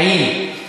חיים,